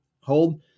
hold